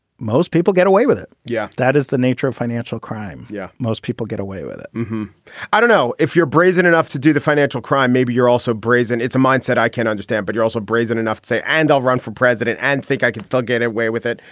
most people get away with it. yeah, that is the nature of financial crime. yeah, most people get away with it i don't know if you're brazen enough to do the financial crime. maybe you're also brazen. it's a mindset i can understand. but you're also brazen enough to say, and i'll run for president and think i can still get away with it.